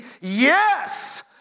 yes